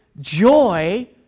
joy